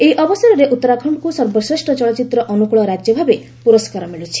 ଏହି ଅବସରରେ ଉତ୍ତରାଖଣ୍ଡକୁ ସର୍ବଶ୍ରେଷ୍ଠ ଚଳଚ୍ଚିତ୍ର ଅନୁକୂଳ ରାଜ୍ୟ ଭାବେ ପୁରସ୍କାର ମିଳୁଛି